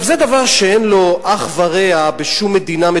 זה דבר שאין לו אח ורע בשום מדינה.